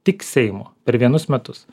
tik seimo per vienus metus